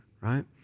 right